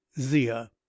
Zia